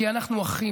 כי אנחנו אחים.